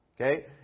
Okay